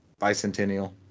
Bicentennial